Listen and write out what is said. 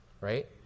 right